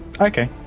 Okay